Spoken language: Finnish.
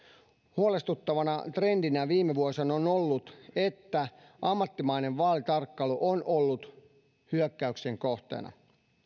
huolestuttavana trendinä viime vuosina on ollut että ammattimainen vaalitarkkailu on ollut hyökkäyksien kohteena